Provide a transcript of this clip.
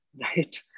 right